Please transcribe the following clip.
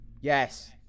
Yes